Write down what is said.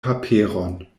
paperon